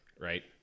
right